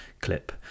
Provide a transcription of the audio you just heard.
clip